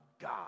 God